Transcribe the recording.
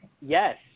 Yes